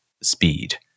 speed